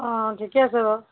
অঁ ঠিকে আছে বাৰু